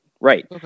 Right